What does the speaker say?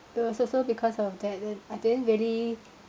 it was also because of that then I didn't really